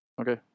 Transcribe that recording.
Okay